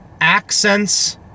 accents